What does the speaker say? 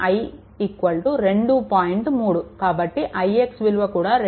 3 కాబట్టి ix విలువ కూడా 2